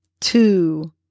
two